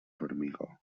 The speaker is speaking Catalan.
formigó